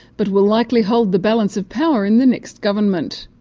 but will likely hold the balance of power in the next government.